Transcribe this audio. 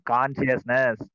Consciousness